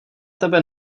tebe